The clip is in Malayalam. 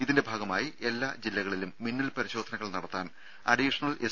ഇതിന്റെ ഭാഗമായി എല്ലാ ജില്ലകളിലും മിന്നൽ പരിശോധനകൾ നടത്താൻ അഡീഷണൽ എസ്